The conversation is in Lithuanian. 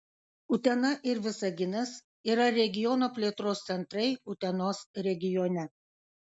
utena ir visaginas yra regiono plėtros centrai utenos regione